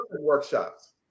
workshops